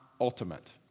ultimate